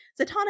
Zatanna